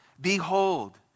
Behold